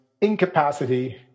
incapacity